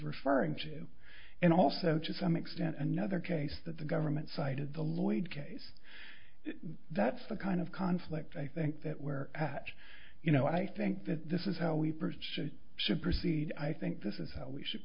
referring to and also to some extent another case that the government cited the lloyd case that's the kind of conflict i think that where you know i think that this is how we proceed should proceed i think this is how we should